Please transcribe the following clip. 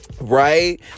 right